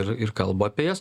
ir ir kalba apie jas